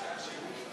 התשע"ז 2017,